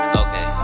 okay